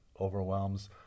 overwhelms